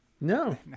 no